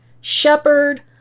shepherd